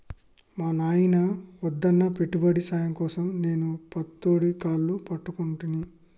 మా నాయిన వద్దన్నా పెట్టుబడి సాయం కోసం నేను పతోడి కాళ్లు పట్టుకుంటిని